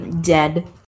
Dead